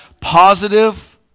positive